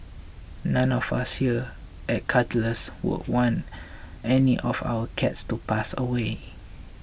none of us here at Cuddles would want any of our cats to pass away